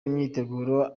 imyiteguro